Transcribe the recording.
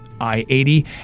I-80